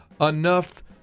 enough